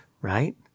right